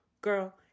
girl